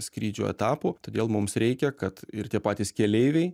skrydžio etapų todėl mums reikia kad ir tie patys keleiviai